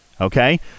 okay